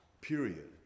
period